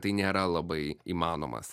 tai nėra labai įmanomas